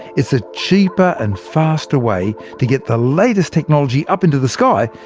it's a cheaper and faster way to get the latest technology up into the sky,